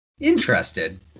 interested